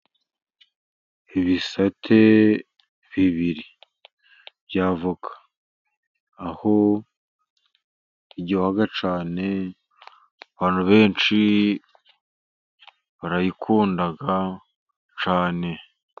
Ibisate bibiri by'avavoka. Aho iryoha cyane, abantu benshi barayikunda cyane.